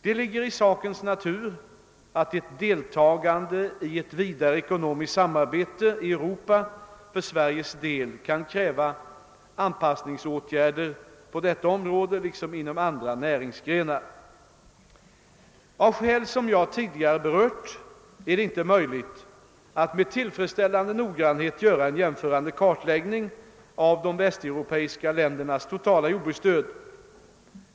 Det ligger i sakens natur att ett deltagande i ett vidare ekonomiskt samarbete i Europa för Sveriges del kan kräva anpassningsåtgärder på detta område liksom inom andra näringsgrenar. Av skäl som jag tidigare berört är det inte möjligt att med tillfredsställande noggrannhet göra en jämförande kartläggning av de västeuropeiska ländernas totala jordbruksstöd.